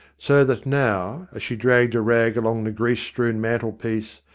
so that now, as she dragged a rag along the grease strewn mantel-piece,